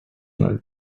nel